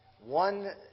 One